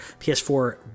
ps4